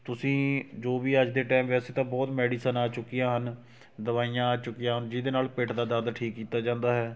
ਤੁਸੀਂ ਜੋ ਵੀ ਅੱਜ ਦੇ ਟਾਈਮ ਵੈਸੇ ਤਾਂ ਬਹੁਤ ਮੈਡੀਸਨ ਆ ਚੁੱਕੀਆਂ ਹਨ ਦਵਾਈਆਂ ਆ ਚੁੱਕੀਆਂ ਜਿਹਦੇ ਨਾਲ ਪਿੱਠ ਦਾ ਦਰਦ ਠੀਕ ਕੀਤਾ ਜਾਂਦਾ ਹੈ